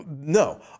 no